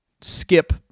skip